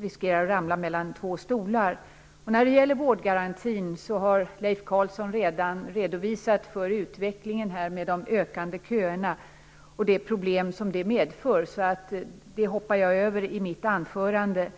riskerar att ramla mellan två stolar. När det gäller vårdgarantin har Leif Carlson redan redovisat för utvecklingen med de ökande köerna och de problem som detta medför. Därför hoppar jag över det i mitt anförande.